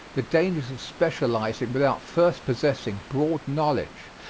the dangers of specializing without first possessing broad knowledge.